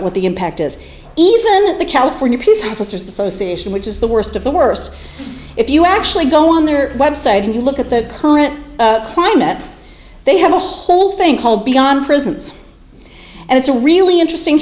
what the impact is even at the california peace officers association which is the worst of the worst if you actually go on their website and you look at the current climate they have a whole thing called beyond prisons and it's a really interesting